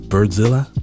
Birdzilla